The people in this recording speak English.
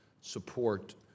support